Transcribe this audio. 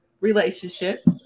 relationship